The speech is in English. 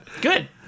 Good